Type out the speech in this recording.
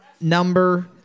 number